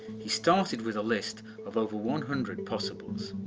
he started with a list of over one hundred possibles.